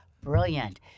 Brilliant